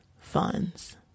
funds